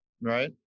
right